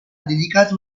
dedicato